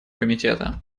комитета